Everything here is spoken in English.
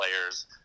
players